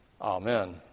amen